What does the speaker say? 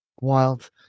Wild